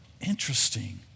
Interesting